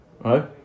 Right